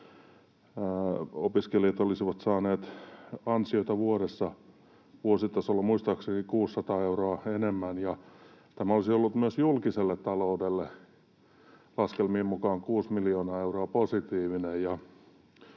opiskelijat olisivat saaneet ansioita vuodessa, vuositasolla muistaakseni 600 euroa enemmän ja tämä olisi ollut myös julkiselle taloudelle laskelmien mukaan 6 miljoonaa euroa positiivinen.